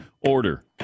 order